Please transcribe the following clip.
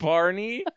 Barney